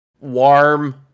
warm